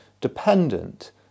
dependent